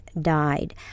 died